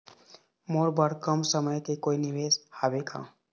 मोर बर कम समय के कोई निवेश हावे का?